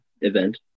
event